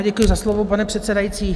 Děkuji za slovo, pane předsedající.